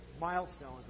milestones